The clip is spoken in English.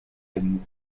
been